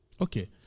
Okay